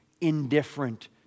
indifferent